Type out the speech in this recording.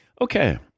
Okay